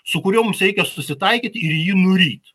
su kuriuo mums reikia susitaikyt ir jį nuryt